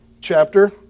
chapter